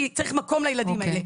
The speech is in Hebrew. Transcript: כי צריך מקום לילדים האלה.